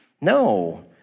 No